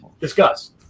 discuss